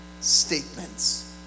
statements